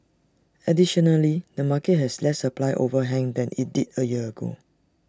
additionally the market has less supply overhang than IT did A year ago